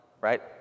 right